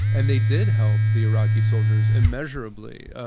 and they did help the iraqi soldiers immeasurably.